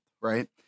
right